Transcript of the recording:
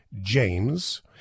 James